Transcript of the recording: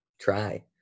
Try